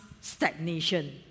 stagnation